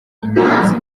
inyenzi